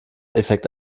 effekt